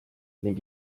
ning